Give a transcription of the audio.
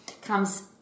comes